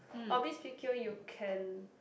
Orbis P_Q you can